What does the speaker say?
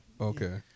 Okay